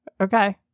okay